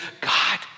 God